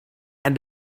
and